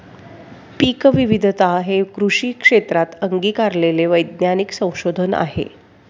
पीकविविधता हे कृषी क्षेत्रात अंगीकारलेले वैज्ञानिक संशोधन आहे